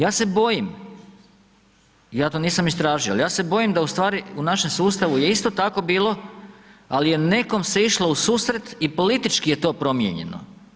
Ja se bojim, ja to nisam istražio, ali ja se bojim da u stvari u našem je isto tako bilo ali je nekom se išlo u susret i politički je to promijenjeno.